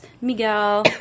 Miguel